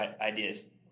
ideas